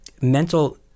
mental